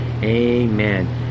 amen